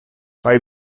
kaj